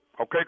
Okay